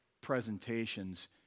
presentations